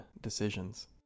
decisions